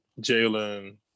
Jalen